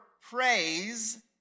praise